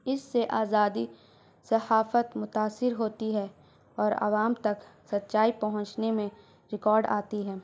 اس سے آزادی صحافت متاثر ہوتی ہے اور عوام تک سچائی پہنچنے میں رکاوٹ آتی ہے